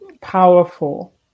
Powerful